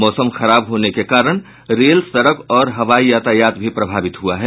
मौसम खराब होने के कारण रेल सड़क और हवाई यातायात भी प्रभावित हुआ है